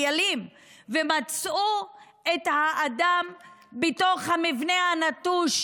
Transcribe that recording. מצאו את האדם שאיבד הכרה בתוך המבנה הנטוש,